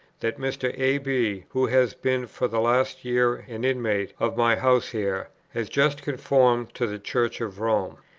that mr. a. b, who has been for the last year an inmate of my house here, has just conformed to the church of rome.